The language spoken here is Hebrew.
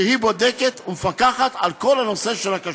שהיא בודקת ומפקחת על כל הנושא של הכשרות.